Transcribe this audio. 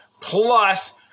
plus